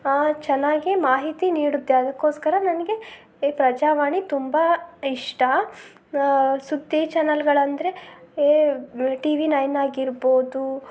ಚೆನ್ನಾಗಿ ಮಾಹಿತಿ ನೀಡುತ್ತೆ ಅದಕ್ಕೋಸ್ಕರ ನನಗೆ ಎ ಪ್ರಜಾವಾಣಿ ತುಂಬ ಇಷ್ಟ ಸುದ್ದಿ ಚನಲ್ಗಳಂದ್ರೆ ಏ ಟಿ ವಿ ನೈನ್ ಆಗಿರ್ಬೋದು